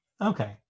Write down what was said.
Okay